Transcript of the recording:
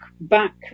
back